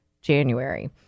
January